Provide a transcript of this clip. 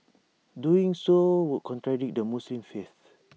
doing so would contradict the Muslim faith